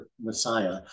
Messiah